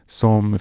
som